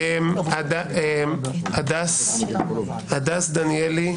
הדס דניאלי,